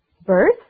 birth